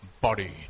body